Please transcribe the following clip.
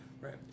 Right